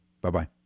Bye-bye